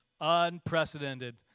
Unprecedented